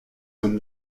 them